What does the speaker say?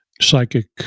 psychic